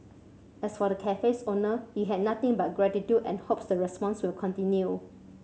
as for the cafe's owner he had nothing but gratitude and hopes the response will continue